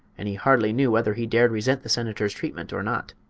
and he hardly knew whether he dared resent the senator's treatment or not.